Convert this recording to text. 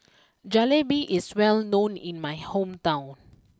Jalebi is well known in my hometown